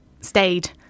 stayed